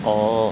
oh